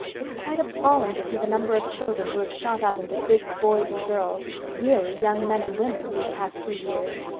it's quite appalling to see the number of children who have shot up into big boys and girls really young men and women these past two years.